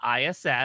ISS